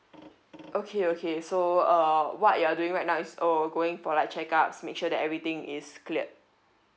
okay okay so uh what you're doing right now is uh going for like check-ups make sure that everything is cleared